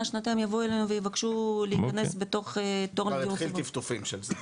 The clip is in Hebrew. שנתיים יבואו אלינו ויבקשו להיכנס בתוך תור לדיור ציבורי.